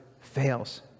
fails